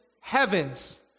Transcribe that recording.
heavens